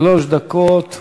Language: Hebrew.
שלוש דקות.